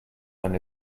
than